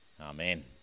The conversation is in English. Amen